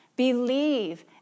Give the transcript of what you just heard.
believe